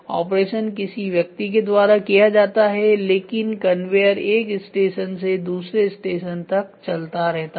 operation किसी व्यक्ति के द्वारा किया जाता है लेकिन कनवेयर एक स्टेशन से दूसरे स्टेशन तक चलता रहता है